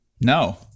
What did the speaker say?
No